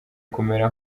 kumera